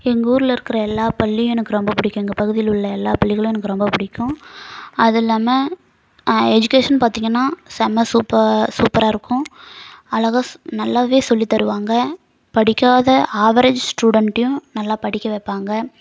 எங்கள் ஊரில் இருக்கிற எல்லா பள்ளியும் எனக்கு ரொம்ப பிடிக்கும் எங்கள் பகுதியில் உள்ள எல்லா பள்ளிகளும் எனக்கு ரொம்ப பிடிக்கும் அது இல்லாமல் எஜுகேஷன் பார்த்தீங்கன்னா செம்ம சூப்ப சூப்பராக இருக்கும் அழகாக ஸ் நல்லாவே சொல்லித் தருவாங்க படிக்காத ஆவரேஜ் ஸ்டூடண்ட்டையும் நல்லா படிக்க வைப்பாங்க